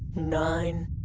nine.